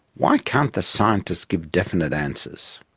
why can't the scientists give definite answers?